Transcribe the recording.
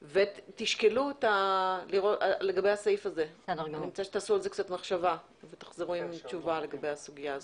תשקלו ותחשבו לגבי הסעיף הזה ותחזרו עם תשובה לגבי הסוגיה הזאת.